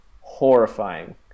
horrifying